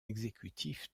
exécutif